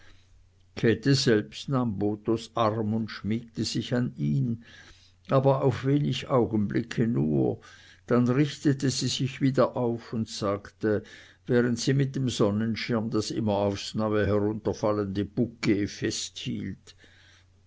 käthe selbst nahm bothos arm und schmiegte sich an ihn aber auf wenig augenblicke nur dann richtete sie sich wieder auf und sagte während sie mit dem sonnenschirm das immer aufs neue herunterfallende bouquet festhielt